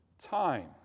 time